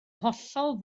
hollol